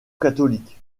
catholique